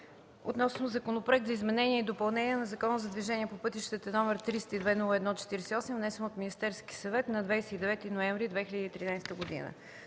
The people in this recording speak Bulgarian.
относно Законопроект за изменение и допълнение на Закона за движението по пътищата, № 302-01-48, внесен от Министерския съвет на 29 ноември 2013 г.